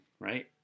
right